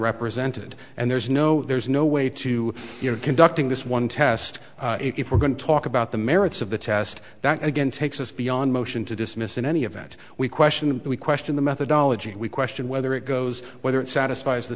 represented and there's no there's no way to you know conducting this one test if we're going to talk about the merits of the test that again takes us beyond motion to dismiss in any event we question them we question the methodology and we question whether it goes whether it satisfies the